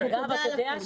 תודה לכם.